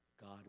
God